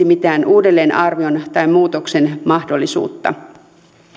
mitään uudelleenarvion tai muutoksen mahdollisuutta